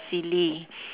silly